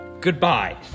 Goodbye